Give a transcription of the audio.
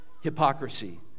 hypocrisy